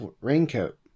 raincoat